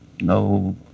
no